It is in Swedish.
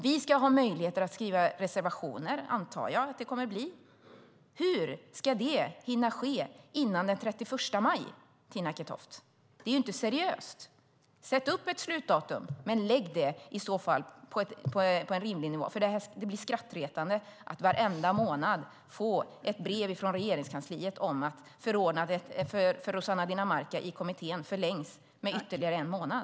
Vi ska ha möjlighet att skriva reservationer, som jag antar att det kommer att bli. Hur ska det hinna ske till den 31 maj, Tina Acketoft? Det är inte seriöst. Sätt ett slutdatum, men i så fall inom en rimlig tid. Det blir skrattretande att varenda månad få ett brev från Regeringskansliet om att förordnandet för Rossana Dinamarca i kommittén förlängs med ytterligare en månad.